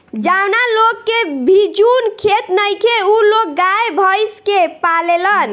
जावना लोग के भिजुन खेत नइखे उ लोग गाय, भइस के पालेलन